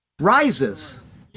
Rises